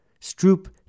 Stroop